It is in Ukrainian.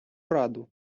раду